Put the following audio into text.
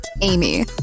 Amy